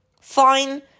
Fine